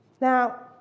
Now